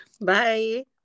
Bye